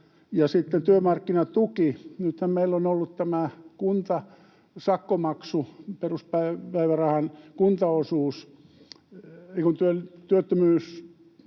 sitten työmarkkinatuki. Nythän meillä on ollut tämä kuntasakkomaksu, peruspäivärahan kuntaosuus, ei kun työttömyys...